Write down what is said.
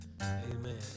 Amen